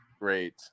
Great